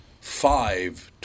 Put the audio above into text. five